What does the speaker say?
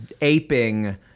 aping